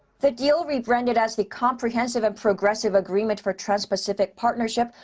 the deal, rebranded as the comprehensive and progressive agreement for trans-pacific partnership